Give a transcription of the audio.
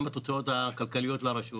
גם בתוצאות הכלכליות לרשות